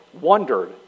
wondered